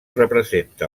representa